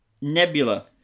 Nebula